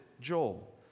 Joel